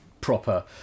proper